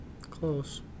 Close